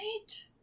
Right